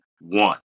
one